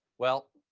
well,